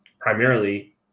primarily